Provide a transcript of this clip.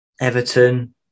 Everton